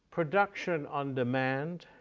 production on demand,